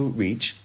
reach